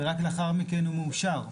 ורק לאחר מכן הוא מאושר.